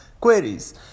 queries